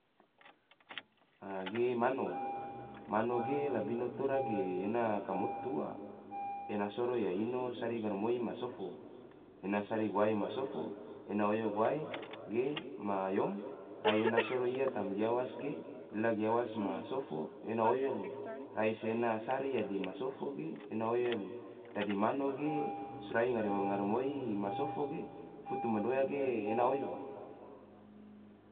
a ge mano, mano ge labino tora ge ena kam otu ua, ena soro yaino sari ngaramoi ma sofo. ena sari guae ma sofo, ena oyo guae ge ma yom, rai ena soro ia tam giawas ge lila giawas ma sofo ena oyo yali, rai se ena sari yadi ma sofo ge ena oyo yali. dadi mano ge sorai ngaramoi ma sofo ge, futu madoya ge ena oyo.